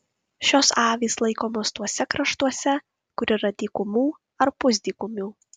šios avys laikomos tuose kraštuose kur yra dykumų ar pusdykumių